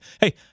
hey